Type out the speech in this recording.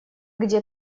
где